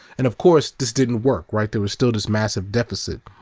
and of course this didn't work, right? there was still this massive deficit.